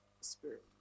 spirit